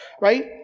right